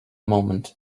moment